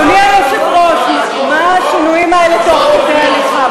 אדוני היושב-ראש, מה השינויים האלה תוך כדי הליכה?